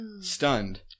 Stunned